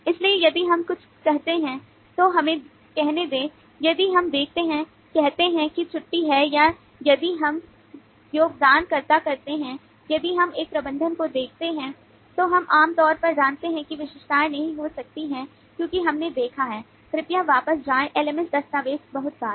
इसलिए यदि हम कुछ कहते हैं तो हमें कहने दें यदि हम देखते हैं कहते हैं कि छुट्टी है या यदि हम योगदानकर्ता कहते हैं यदि हम एक प्रबंधक को देखते हैं तो हम आम तौर पर जानते हैं कि ये विशेषताएँ नहीं हो सकती हैं क्योंकि हमने देखा है कृपया वापस जाएं LMS दस्तावेज़ बहुत बार